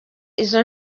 izo